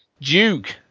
Duke